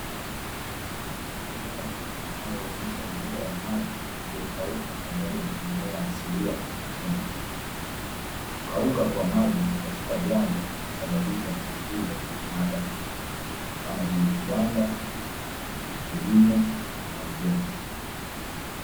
Eneo linaloonyesha njia ya maji iliyokauka, pamoja na mimea asilia kwenye kingo. Kukauka kwa maji katika vyanzo husababishwa na shughuli za kibinadamu kama vile; viwanda, kilimo, na ujenzi.